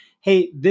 hey